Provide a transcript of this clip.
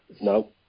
No